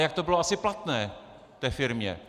Jak to bylo asi platné té firmě?